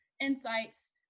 insights